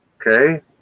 Okay